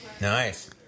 Nice